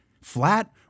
flat